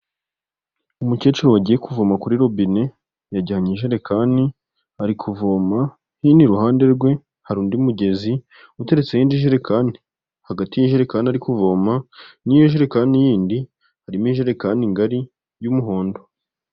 Umukecuru wagiye kuvoma kuri rubine yajyanye ijerekani ari kuvoma, hino iruhande rwe hari undi mugezi uteretse indi jerekani, hagati y'ijerekan ari kuvoma n'iyo jirekani yindi harimo ijerekani ngari y'umuhondo.